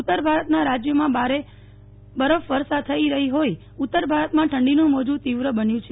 ઉત્તર ભારતના રાજ્યોમાં ભારે બરફ વર્ષા થઇ રહી હોઈ ઉત્તર ભારતમાં ઠંડીનું મોજું તીવ્ર બન્યું છે